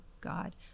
god